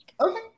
Okay